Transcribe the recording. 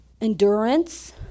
endurance